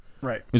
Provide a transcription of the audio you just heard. Right